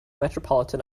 metropolitan